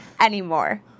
anymore